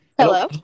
hello